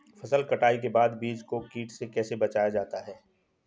फसल कटाई के बाद बीज को कीट से कैसे बचाया जाता है?